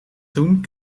toen